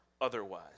otherwise